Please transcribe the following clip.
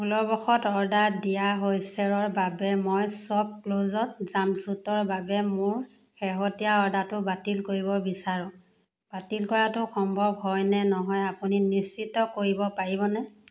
ভুলবশত অৰ্ডাৰ দিয়া হৈছে ৰৰ বাবে মই শ্বপক্লুজত জাম্পছুটৰ বাবে মোৰ শেহতীয়া অৰ্ডাৰটো বাতিল কৰিব বিচাৰোঁ বাতিল কৰাটো সম্ভৱ হয় নে নহয় আপুনি নিশ্চিত কৰিব পাৰিবনে